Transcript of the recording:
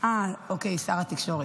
אוקיי, שר התקשורת.